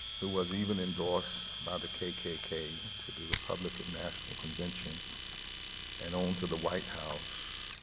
who was even endorsed by the kkk to the republican national convention and onto the white house,